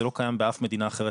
זה לא קיים באף מדינה אחרת,